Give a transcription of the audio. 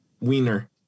wiener